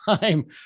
time